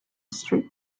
street